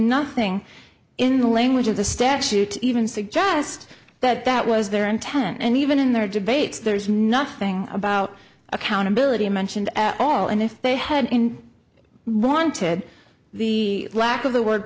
nothing in the language of the statute even suggest that that was their intent and even in their debates there's nothing about accountability mentioned at all and if they had in wanted the lack of the word